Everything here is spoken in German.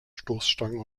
stoßstangen